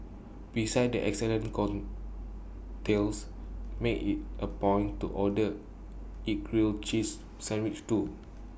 besides its excellent cocktails make IT A point to order its grilled cheese sandwich too